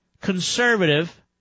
conservative